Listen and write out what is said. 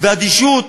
אדישות